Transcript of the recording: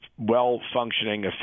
well-functioning